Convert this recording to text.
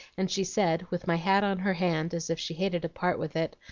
and she said, with my hat on her hand, as if she hated to part with it,